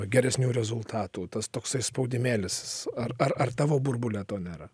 geresnių rezultatų tas toksai spaudimėlis ar ar ar tavo burbule to nėra